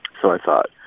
so i thought,